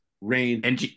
rain